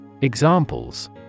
Examples